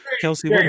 Kelsey